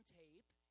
tape